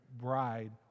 bride